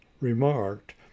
remarked